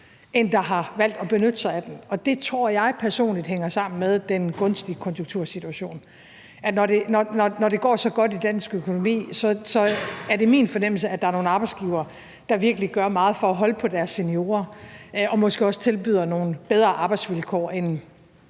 end der har valgt at benytte sig af den, og det tror jeg personligt hænger sammen med den gunstige konjunktursituation. Det er min fornemmelse, at der, når det går så godt i dansk økonom, er nogle arbejdsgivere, der virkelig gør meget for at holde på deres seniorer og måske også tilbyder nogle bedre arbejdsvilkår end